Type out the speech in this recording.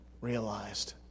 realized